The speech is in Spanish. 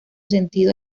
sentido